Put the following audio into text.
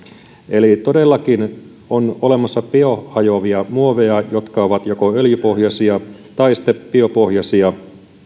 eli todellakin on olemassa biohajoavia muoveja jotka ovat joko öljypohjaisia tai sitten biopohjaisia